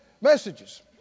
messages